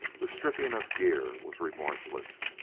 the stripping of gear was remorseless.